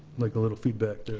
like a little feedback there